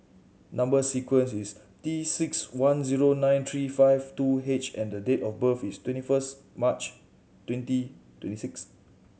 number sequence is T six one zero nine three five two H and date of birth is twenty first March twenty twenty six